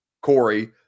Corey